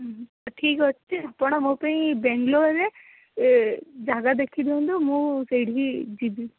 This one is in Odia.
ହୁଁ ହୁଁ ଠିକ୍ ଅଛି ଆପଣ ମୋ ପାଇଁ ବାଙ୍ଗାଲୋର୍ରେ ଜାଗା ଦେଖି ଦିଅନ୍ତୁ ମୁଁ ସେଇଠିକି ଯିବି